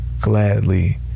gladly